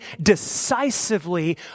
decisively